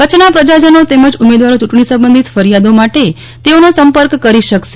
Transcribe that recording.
કચ્છના પ્રજાજનો તેમજ ઉમેદવારો ચૂંટણી સંબંધિત ફરિયાદો માટે તેઓનો સંપર્ક કરી શકશે